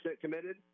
committed